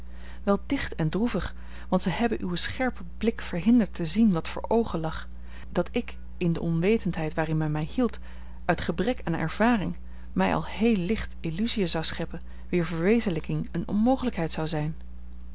wel dicht en droevig want zij hebben uw scherpen blik verhinderd te zien wat voor oogen lag dat ik in de onwetendheid waarin men mij hield uit gebrek aan ervaring mij al heel licht illusiën zou scheppen wier verwezenlijking eene onmogelijkheid zou zijn